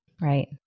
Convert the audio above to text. Right